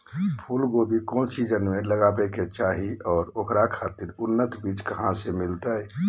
फूलगोभी कौन सीजन में लगावे के चाही और ओकरा खातिर उन्नत बिज कहा से मिलते?